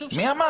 מי אמר?